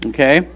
Okay